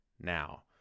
now